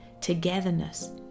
togetherness